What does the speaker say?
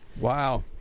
Wow